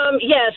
Yes